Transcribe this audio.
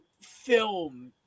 film